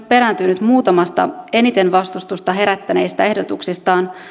perääntynyt muutamasta eniten vastustusta herättäneestä ehdotuksestaan